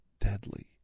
deadly